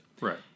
right